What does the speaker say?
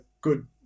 good